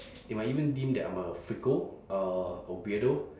they might even deem that I'm a freako uh a weirdo